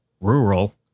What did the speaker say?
rural